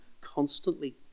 constantly